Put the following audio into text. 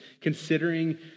considering